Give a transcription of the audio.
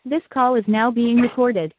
this call is now being recorded